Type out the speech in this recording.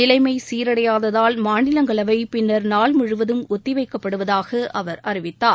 நிலைமை சீரடையாததால் மாநிலங்களவை பின்னர் நாள் முழுவதும் ஒத்திவைக்கப்படுவதாக அவர் அறிவித்தார்